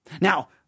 Now